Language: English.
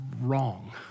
wrong